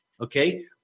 Okay